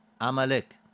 Amalek